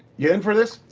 you in for this?